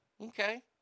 Okay